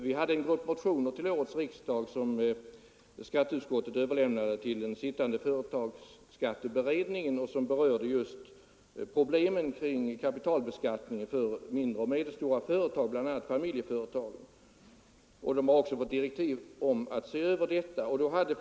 Vi hade en grupp motioner till årets riksdag som skatteutskottet överlämnade till den sittande företagsskatteberedningen och som berörde just problemen kring kapitalbeskattningen för mindre och medelstora företag, bl.a. familjeföretag. Denna har också fått direktiv att se över kapitalbeskattningen i berörda företagstyper.